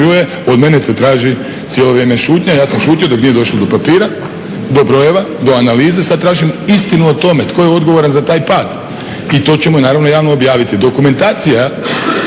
od mene se traži cijelo vrijeme šutnja. Ja sam šutio dok nije došlo do papira, do brojeva, do analiza. Sad tražim istinu o tome ko je odgovoran za taj pad i to ćemo naravno javno objaviti. Dokumentacije